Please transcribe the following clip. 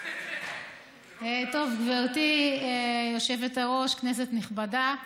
גברתי היושבת-ראש, כנסת נכבדה,